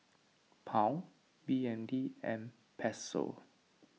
Pound B N D and Peso